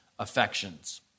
affections